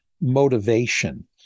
motivation